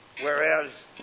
Whereas